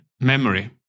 memory